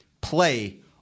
play